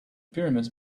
pyramids